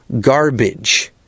garbage